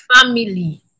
family